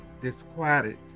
disquieted